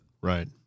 right